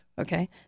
okay